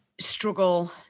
struggle